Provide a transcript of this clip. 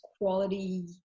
quality